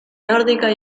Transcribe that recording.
nórdica